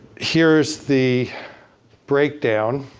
here's the breakdown